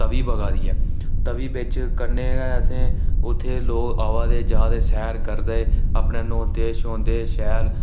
तवी बगाऽ करदी ऐ तवी बिच कन्नै गै असें इक उत्थै लोक आवै दे जा दे सैर करदे अपने न्होंदे धोंदे शैल